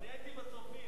אני הייתי ב"צופים".